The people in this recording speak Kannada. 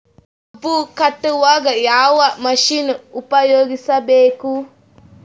ಕಬ್ಬು ಕಟಾವಗ ಯಾವ ಮಷಿನ್ ಉಪಯೋಗಿಸಬೇಕು?